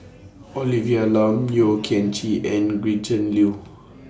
Olivia Lum Yeo Kian Chye and Gretchen Liu